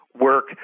work